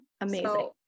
Amazing